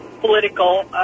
political